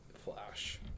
Flash